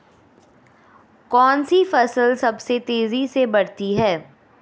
कौनसी फसल सबसे तेज़ी से बढ़ती है?